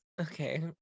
Okay